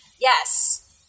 Yes